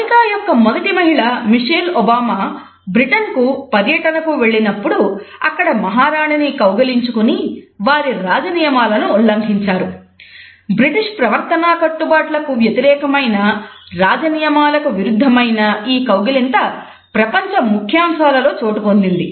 America ప్రవర్తన కట్టుబాట్లకు వ్యతిరేకమైన రాజ నియమాలకు విరుద్ధమైన ఈ కౌగిలింత ప్రపంచ ముఖ్యాంశాలలో చోటు పొందింది